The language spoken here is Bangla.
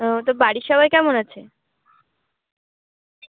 ও তো বাড়ির সবাই কেমন আছে